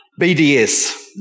BDS